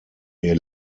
ihr